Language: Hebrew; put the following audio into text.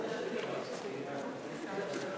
יש פה התרגשות גדולה, זה לא ככה.